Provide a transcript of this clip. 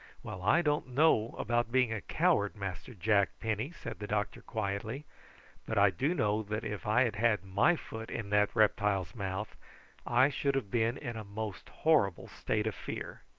well, i don't know about being a coward, master jack penny, said the doctor quietly but i do know that if i had had my foot in that reptile's mouth i should have been in a most horrible state of fear.